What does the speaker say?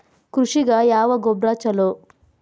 ಕೃಷಿಗ ಯಾವ ಗೊಬ್ರಾ ಛಲೋ?